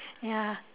ya